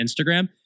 Instagram